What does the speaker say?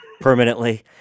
permanently